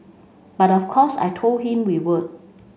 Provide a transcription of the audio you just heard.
but of course I told him we would